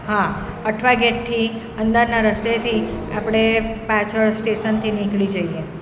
હા અઠવા ગેટથી અંદરના રસ્તેથી આપણે પાછળ સ્ટેશનથી નીકળી જઈએ